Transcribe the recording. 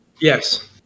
Yes